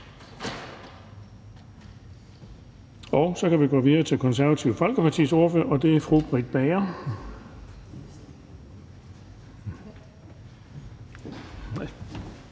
Så kan vi gå videre til Det Konservative Folkepartis ordfører, og det er fru Britt Bager.